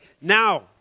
now